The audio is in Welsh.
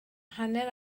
hanner